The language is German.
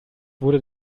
wurde